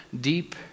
deep